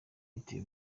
biteye